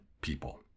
people